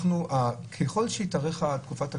ככל שתתארך תקופת הקורונה,